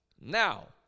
Now